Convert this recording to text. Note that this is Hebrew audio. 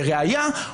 לראיה,